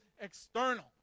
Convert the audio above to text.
external